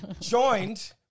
Joined